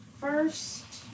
first